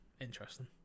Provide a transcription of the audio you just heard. interesting